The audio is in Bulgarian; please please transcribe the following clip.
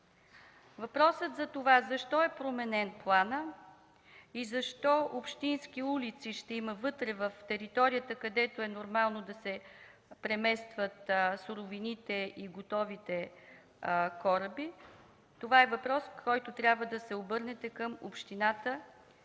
Въпросът за това защо е променен планът и защо ще има общински улици вътре в територията, където е нормално да се преместват суровините и готовите кораби, е въпрос, по който трябва да се обърнете към общината